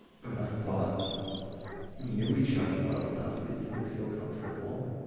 but i thought we knew each other well enough that you would feel comfortable.